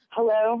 Hello